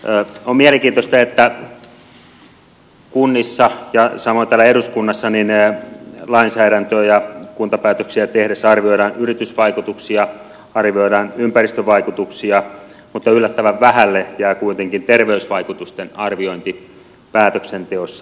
on mielenkiintoista että kunnissa ja samoin täällä eduskunnassa lainsäädäntöä ja kuntapäätöksiä tehtäessä arvioidaan yritysvaikutuksia arvioidaan ympäristövaikutuksia mutta yllättävän vähälle jää kuitenkin terveysvaikutusten arviointi päätöksenteossa